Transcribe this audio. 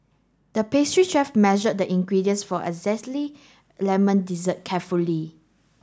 the pastry chef measured the ingredients for a zesty lemon dessert carefully